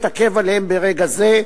שלא אתעכב עליהם ברגע זה,